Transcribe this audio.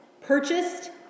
purchased